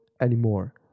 anymore